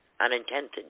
unintended